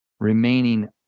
Remaining